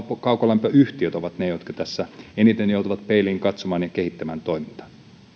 kaukolämpöyhtiöt ovat ne jotka tässä eniten joutuvat peiliin katsomaan ja kehittämään toimintaa